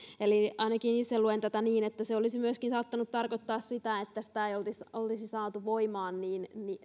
eli ainakin itse luen tätä niin että se olisi myöskin saattanut tarkoittaa sitä että sitä ei olisi olisi saatu voimaan niin